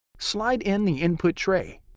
slide in the input tray.